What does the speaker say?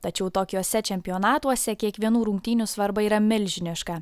tačiau tokiuose čempionatuose kiekvienų rungtynių svarba yra milžiniška